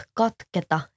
katketa